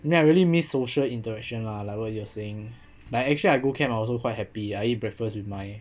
and then I really miss social interaction lah like what you are saying but actually I go camp I also quite happy I eat breakfast with my